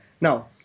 Now